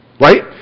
Right